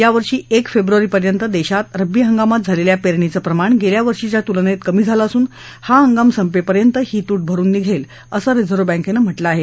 यावर्षी एक फेब्रुवारीपर्यंत देशात रब्बी हंगामात झालेल्या पेरणीचं प्रमाण गेल्या वर्षीच्या तुलनेत कमी झालं असून हा हंगाम संपेपर्यंत ही तूट भरुन निघेल असं रिझर्व्ह बँकेनं म्हटलं आहे